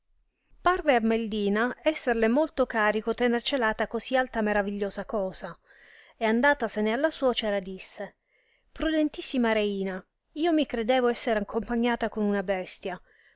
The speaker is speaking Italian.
parve a meldina esserle molto carico tener celata così alta e maravigliosa cosa e andatasene alla suocera disse prudentissima reina io mi credevo esser accompagnata con una bestia